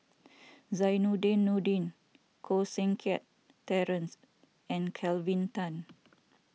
Zainudin Nordin Koh Seng Kiat Terence and Kelvin Tan